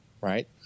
right